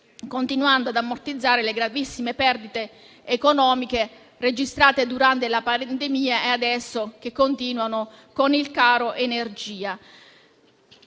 continuando ad ammortizzare le gravissime perdite economiche registrate durante la pandemia, che adesso continuano con il caro energia.